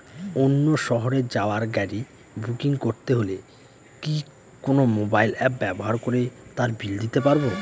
অন্য শহরে যাওয়ার গাড়ী বুকিং করতে হলে কি কোনো মোবাইল অ্যাপ ব্যবহার করে তার বিল দিতে পারব?